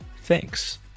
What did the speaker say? Thanks